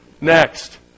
Next